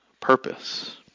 purpose